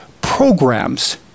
programs